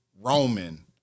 Roman